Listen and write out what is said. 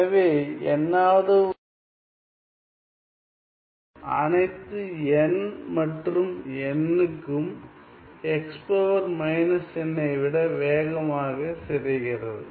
எனவே n ஆவது வகைக்கெழு அனைத்து N மற்றும் n க்கும் ஐ விட வேகமாக சிதைகிறது